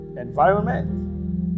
Environment